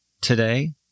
today